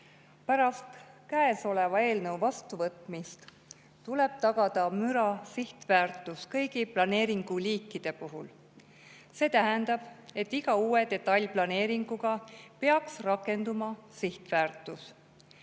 Pärast käesoleva eelnõu vastuvõtmist tuleb tagada müra sihtväärtus kõigi planeeringuliikide puhul. See tähendab, et iga uue detailplaneeringuga peaks rakenduma sihtväärtus.